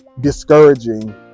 discouraging